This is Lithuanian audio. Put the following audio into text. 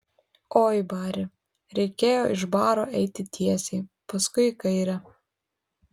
oi bari reikėjo iš baro eiti tiesiai paskui į kairę